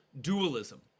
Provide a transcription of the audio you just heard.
dualism